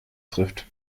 trifft